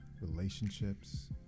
relationships